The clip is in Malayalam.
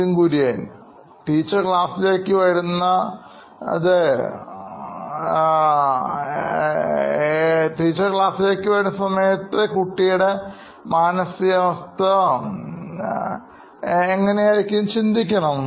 Nithin Kurian COO Knoin Electronics teacher ക്ലാസിലേക്ക് വരുന്ന ഒരു smileyആയിരിക്കാം Professor ക്ഷമിക്കണം